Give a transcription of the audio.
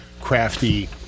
crafty